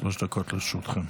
שלוש דקות לרשותך.